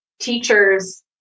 teachers